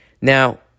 Now